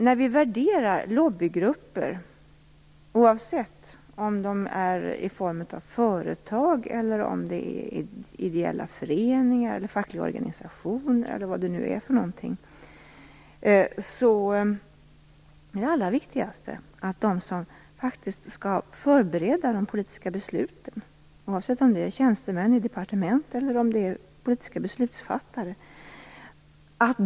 När lobbygrupper skall värderas, oavsett om det är företag, ideella föreningar eller fackliga organisationer, är det allra viktigaste att de som skall förbereda de politiska besluten har så mycket egen kunskap att de klarar att värdera påtryckarna.